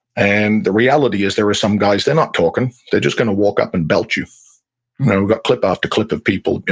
and the reality is there are some guys, they're not talking they're just going to walk up and belt you. we know got clip after clip of people.